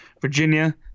Virginia